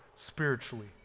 spiritually